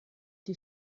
die